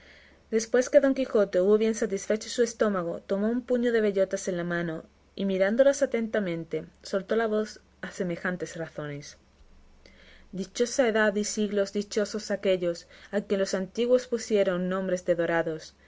después que don quijote hubo bien satisfecho su estómago tomó un puño de bellotas en la mano y mirándolas atentamente soltó la voz a semejantes razones dichosa edad y siglos dichosos aquéllos a quien los antiguos pusieron nombre de dorados